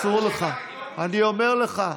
אסור לך, אני אומר לך.